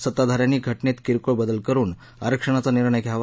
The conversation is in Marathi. सत्ताधार्यांनी घटनेत किरकोळ बदल करून आरक्षणाचा निर्णय घ्यावा